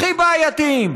הכי בעייתיים,